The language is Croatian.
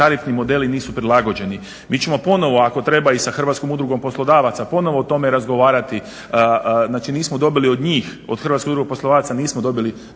tarifni modeli nisu prilagođeni. Mi ćemo ponovno ako treba sa hrvatskom udrugom poslodavaca ponovno o tome razgovarati, znači nismo dobili od njih od hrvatske udruge poslodavaca nismo dobili